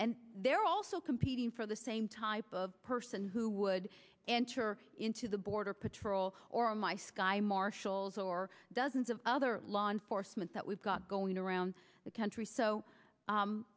and they're also competing for the same type of person who would enter into the border patrol or in my sky marshals or dozens of other law enforcement that we've got going around the country so